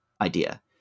idea